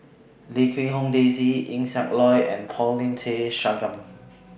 Lim Quee Hong Daisy Eng Siak Loy and Paulin Tay Straughan